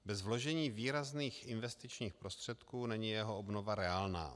Bez vložení výrazných investičních prostředků není jeho obnova reálná.